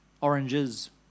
oranges